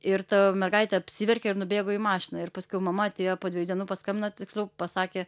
ir ta mergaitė apsiverkė ir nubėgo į mašiną ir paskiau mama atėjo po dviejų dienų paskambino tiksliau pasakė